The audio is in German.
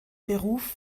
beruf